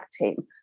team